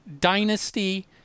Dynasty